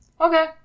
Okay